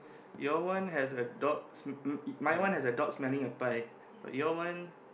your one has a dog s~ m~ m~ my one has a dog smelling a pie but your one